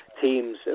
teams